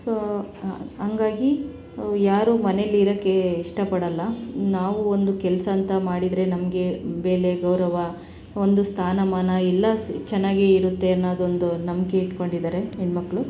so ಹಂಗಾಗಿ ಯಾರೂ ಮನೆಲ್ಲಿ ಇರೋಕ್ಕೆ ಇಷ್ಟಪಡೋಲ್ಲ ನಾವು ಒಂದು ಕೆಲಸ ಅಂತ ಮಾಡಿದರೆ ನಮಗೆ ಬೆಲೆ ಗೌರವ ಒಂದು ಸ್ಥಾನಮಾನ ಎಲ್ಲ ಸ್ ಚೆನ್ನಾಗಿ ಇರುತ್ತೆ ಅನ್ನೋದೊಂದು ನಂಬಿಕೆ ಇಟ್ಕೊಂಡಿದ್ದಾರೆ ಹೆಣ್ಮಕ್ಳು